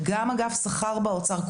וגם אגף שכר באוצר,